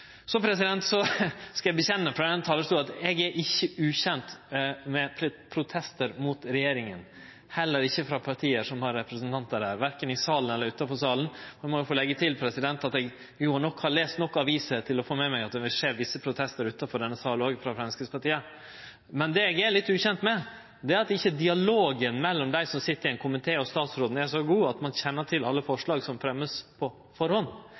Så skal eg vedkjenne frå denne talarstolen at eg ikkje er ukjend med protestar mot regjeringa – heller ikkje frå parti som har representantar her – korkje i salen eller utanfor salen. Då må eg få leggje til at eg har jo lese nok aviser til å ha fått med meg at det skjer visse protestar utanfor denne salen òg, frå Framstegspartiet. Men det eg er litt ukjend med, er at ikkje dialogen mellom dei som sit i ein komité, og statsråden er så god at ein kjenner til alle forslaga som vert fremja, på